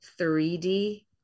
3D